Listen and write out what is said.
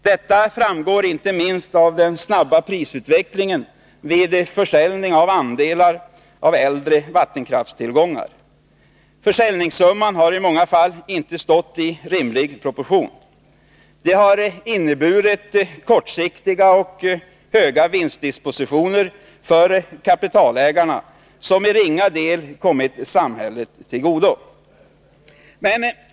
Det framgår inte minst av den kraftiga prisutvecklingen vid försäljning av andelar i äldre vattenkraftstillgångar. Försäljningssumman har i många fall inte stått i rimlig proportion till det verkliga värdet. Det har för kapitalägarna inneburit kortsiktiga och höga vinstdispositioner, som i ringa mån har kommit samhället till del.